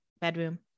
bedroom